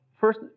first